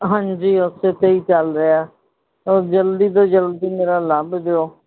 ਹਾਂਜੀ ਉਸ 'ਤੇ ਹੀ ਚੱਲ ਰਿਹਾ ਔਰ ਜਲਦੀ ਤੋਂ ਜਲਦੀ ਮੇਰਾ ਲੱਭ ਦਿਓ